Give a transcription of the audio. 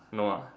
no ah